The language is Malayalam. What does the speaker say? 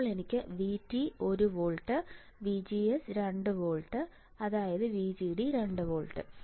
ഇപ്പോൾ എനിക്ക് VT 1 volt VGS 2 volt VGD